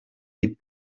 des